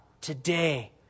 today